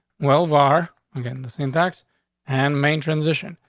well, bar again. this syntax and main transition.